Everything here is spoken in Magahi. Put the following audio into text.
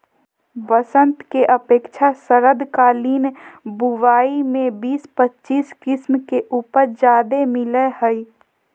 बसंत के अपेक्षा शरदकालीन बुवाई में बीस पच्चीस किस्म के उपज ज्यादे मिलय हइ